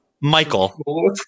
Michael